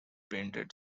painted